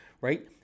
right